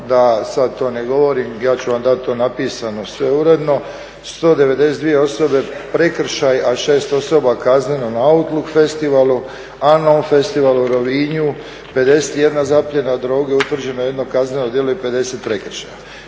da sad to ne govorim, ja ću vam dati to napisano sve uredno, 192 osobe prekršaj, a 6 osoba kazneno na Outlook festivalu, a na ovom festivalu u Rovinju 51 zapljena droge, utvrđeno 1 kazneno djelo i 50 prekršaja.